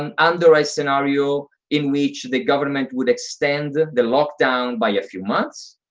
um under a scenario in which the government would extend the the lockdown by a few months.